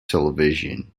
television